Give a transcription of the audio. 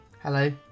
hello